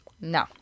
No